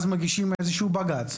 מגישים בג"ץ,